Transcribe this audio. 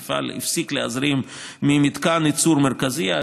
המפעל הפסיק להזרים ממתקן הייצור המרכזי.